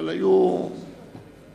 אבל היו "חמאס",